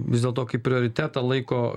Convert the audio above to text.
vis dėlto kaip prioritetą laiko